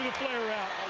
player route.